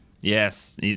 Yes